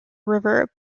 river